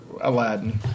Aladdin